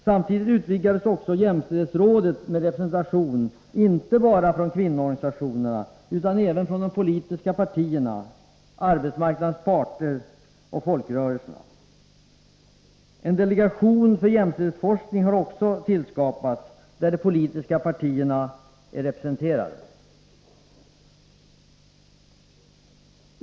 Samtidigt utvidgades jämställdhetsrådet med representation inte bara från kvinnoorganisationerna utan även från de politiska partierna, arbetsmarknadens parter och folkrörelserna. En delegation för jämställdhetsforskning har också tillskapats, där de politiska partierna är representerade.